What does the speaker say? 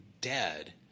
dead